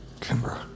Kimber